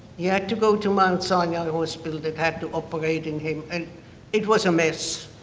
he had to go to mt. sinai hospital that had to operate in him. and it was a mess.